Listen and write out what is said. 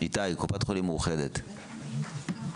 איתי, קופת חולים מאוחדת, בבקשה.